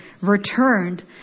returned